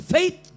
Faith